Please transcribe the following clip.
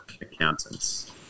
Accountants